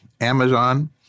Amazon